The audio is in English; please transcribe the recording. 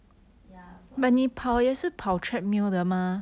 ya so I